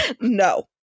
No